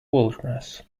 wilderness